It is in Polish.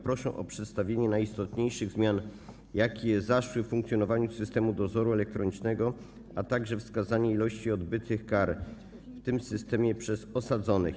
Proszę o przedstawienie najistotniejszych zmian, jakie zaszły w funkcjonowaniu systemu dozoru elektronicznego, a także wskazanie ilości odbytych kar w tym systemie przez osadzonych.